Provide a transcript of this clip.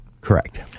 Correct